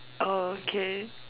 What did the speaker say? orh okay